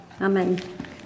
Amen